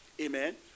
Amen